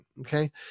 Okay